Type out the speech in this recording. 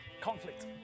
conflict